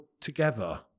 together